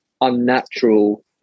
unnatural